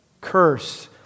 curse